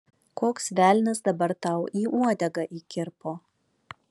koks velnias dabar tau į uodegą įkirpo